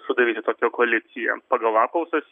sudaryti tokią koaliciją pagal apklausas